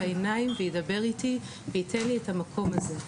עיניים וידבר איתי וייתן לי את המקום הזה.